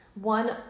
One